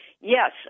Yes